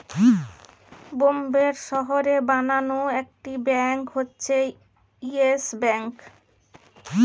বোম্বের শহরে বানানো একটি ব্যাঙ্ক হচ্ছে ইয়েস ব্যাঙ্ক